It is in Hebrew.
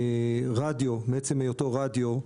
רדיו, מעצם היותו רדיו,